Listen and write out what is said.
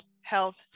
Health